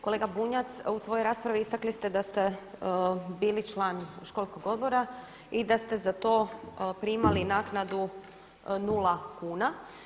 Kolega Bunjac u svojoj raspravi istakli ste da ste bili član školskog odbora i da ste za to primali naknadu 0 kuna.